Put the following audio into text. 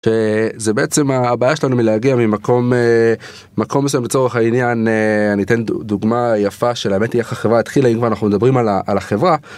זה בעצם הבעיה שלנו מלהגיע ממקום מסויים, לצורך העניין אני אתן דוגמה יפה של האמת היא איך החברה התחילה, אם אנחנו מדברים על החברה.